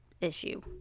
issue